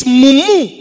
mumu